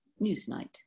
Newsnight